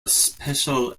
special